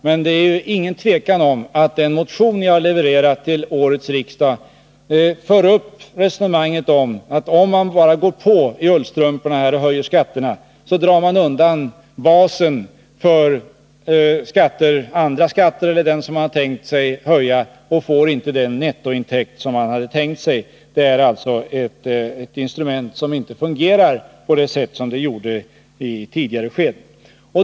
Men det är ingen tvekan om att den motion ni har väckt till årets riksdag aktualiserar resonemanget, att om man bara går på i ullstrumporna och höjer skatterna drar man undan basen för andra skatter och får inte den nettointäkt som man hade tänkt sig. Skattehöjningar är alltså ett instrument som numera inte fungerar på det sätt som det tidigare gjorde.